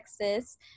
Texas